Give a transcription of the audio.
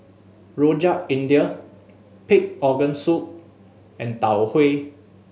Rojak India pig organ soup and Tau Huay